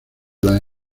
las